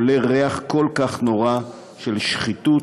עולה ריח כל כך נורא של שחיתות,